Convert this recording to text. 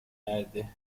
erdi